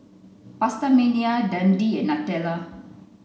PastaMania Dundee and Nutella